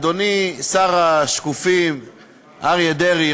אדוני שר השקופים אריה דרעי,